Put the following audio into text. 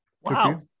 wow